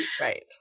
Right